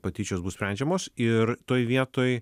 patyčios bus sprendžiamos ir toj vietoj